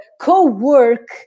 co-work